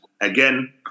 again